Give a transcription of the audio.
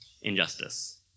injustice